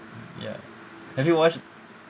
ya have you watched